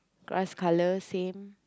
grass colour same